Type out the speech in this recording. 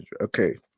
okay